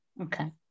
Okay